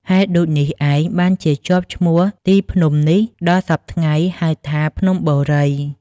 ហេតុដូចនេះឯង បានជាជាប់ឈ្មោះទីភ្នំនេះដល់សព្វថ្ងៃ ហៅថា "ភ្នំបូរី" ។